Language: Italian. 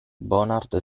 bonard